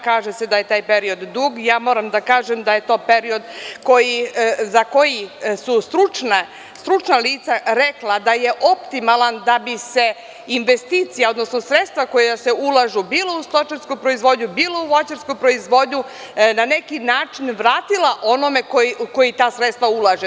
Kaže se da je taj period dug, a ja moram da kažem da je to period za koji su stručna lica rekla da je optimalan da bi se investicija, odnosno sredstva koja se ulažu bilo u stočarsku proizvodnju, bilo u voćarsku proizvodnju na neki način vratila onome ko ta sredstva ulaže.